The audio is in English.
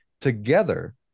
together